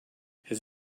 his